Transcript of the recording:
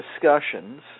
discussions